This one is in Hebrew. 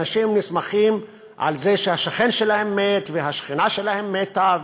אנשים נסמכים על זה שהשכן שלהם מת והשכנה שלהם מתה,